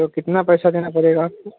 تو کتنا پیسہ دینا پڑے گا آپ کو